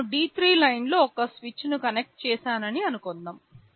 నేను D3 లైన్లో ఒక స్విచ్ను కనెక్ట్ చేశానని అనుకుందాం